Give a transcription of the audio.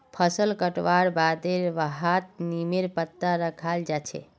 फसल कटवार बादे वहात् नीमेर पत्ता रखाल् जा छे